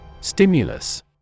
Stimulus